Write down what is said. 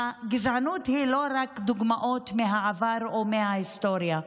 הגזענות היא לא רק דוגמאות מהעבר או מההיסטוריה,